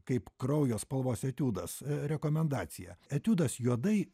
kaip kraujo spalvos etiudas rekomendaciją etiudas juodai